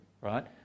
right